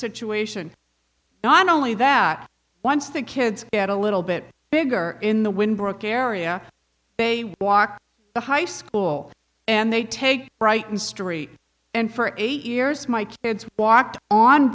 situation not only that once the kids get a little bit bigger in the wind brooke area they walk the high school and they take brighton story and for eight years mike walked on